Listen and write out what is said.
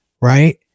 right